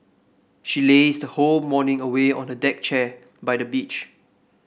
she lazed the whole morning away on the deck chair by the beach